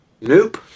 Nope